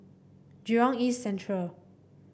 Jurong East Central